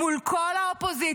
מול כל האופוזיציה,